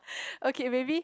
okay maybe